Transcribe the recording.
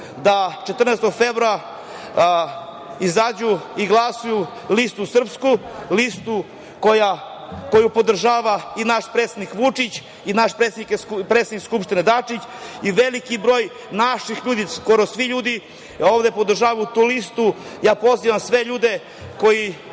da 14. februara izađu i glasaju za Srpsku listu, listu koju podržava i naš predsednik Vučić i naš predsednik Skupštine Dačić i veliki broj naših ljudi, skoro svi ljudi ovde podržavaju tu listu. Ja pozivam sve ljude koji